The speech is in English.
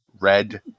Red